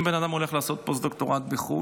אם בן אדם הולך לעשות פוסט-דוקטורט בחו"ל,